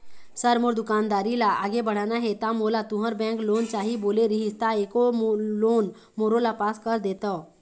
Sir मोर दुकानदारी ला आगे बढ़ाना हे ता मोला तुंहर बैंक लोन चाही बोले रीहिस ता एको लोन मोरोला पास कर देतव?